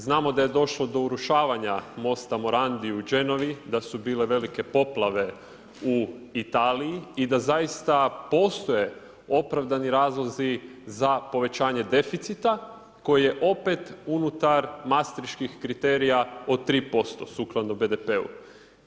Znamo da je došlo do urušavanja mosta Morandi u Genovi, da su bile velike poplave u Italiji i da zaista postoje opravdani razlozi za povećanje deficita koji je opet unutar mastreških kriterija od 3% sukladno BDP-u.